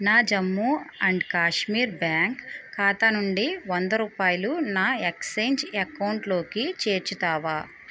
నా Jammu and Kashmir bank ఖాతా నుండి వంద రూపాయలు నా ఎక్స్చేంజ్ అకౌంట్లోకి చేర్చుతావా